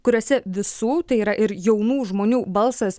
kuriuose visų tai yra ir jaunų žmonių balsas